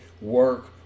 work